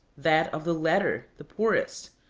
that of the latter the poorest.